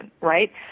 right